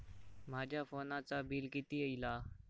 माझ्या फोनचा बिल किती इला?